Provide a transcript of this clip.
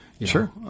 Sure